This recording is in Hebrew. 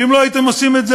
ואם לא הייתם עושים את זה,